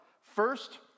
First